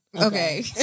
Okay